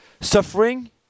suffering